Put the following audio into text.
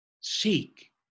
Seek